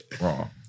Wrong